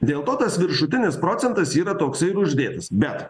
dėl to tas viršutinis procentas yra toksai ir uždėtas bet